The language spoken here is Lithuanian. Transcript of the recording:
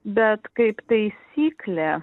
bet kaip taisyklė